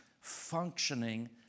functioning